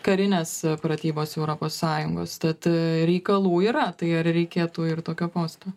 karinės pratybos europos sąjungos tad reikalų yra tai ar reikėtų ir tokio posto